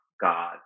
God